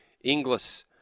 Inglis